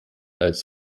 als